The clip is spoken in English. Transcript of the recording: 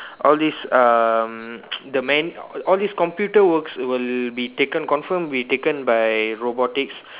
all these um the man all these computer works will be taken confirm be taken by robotics